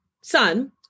son